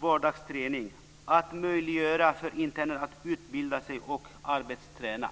vardagsträning och möjliggöra för interner att utbilda sig och arbetsträna.